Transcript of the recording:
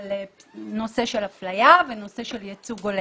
על נושא של אפליה ונושא של ייצוג הולם.